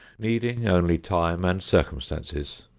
needing only time and circumstances,